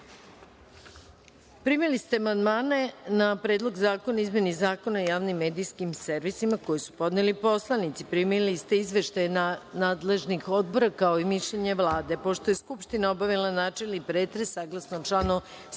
celini. Primili ste amandmane na Predlog zakona o izmeni Zakona o javnim medijskim servisima koji su podneli poslanici. Primili ste izveštaje nadležnih odbora kao i mišljenje Vlade. Pošto je Skupština obavila načelni pretres, saglasno članu 157.